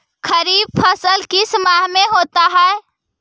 खरिफ फसल किस माह में होता है?